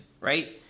right